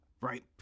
right